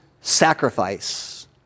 sacrifice